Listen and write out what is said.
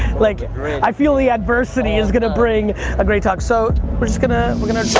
like i feel the adversity is gonna bring a great talk. so we're just gonna, we're gonna